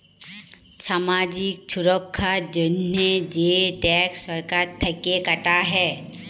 ছামাজিক ছুরক্ষার জন্হে যে ট্যাক্স সরকার থেক্যে কাটা হ্যয়